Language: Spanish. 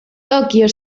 tokyo